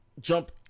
jump